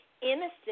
Innocent